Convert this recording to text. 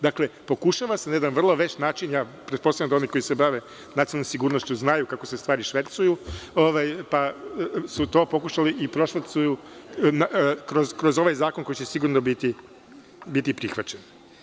Dakle, pokušava se na jedan vrlo vešt način, pretpostavljam da oni koji se bave nacionalnom sigurnošću znaju kako se stvari švercuju, pa su to pokušali da prošvercuju kroz ovaj zakon koji će sigurno biti prihvaćen.